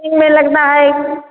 चीज़ में लगता है